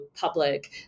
public